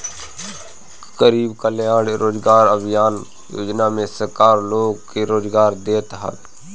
गरीब कल्याण रोजगार अभियान योजना में सरकार लोग के रोजगार देत हवे